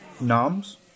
Noms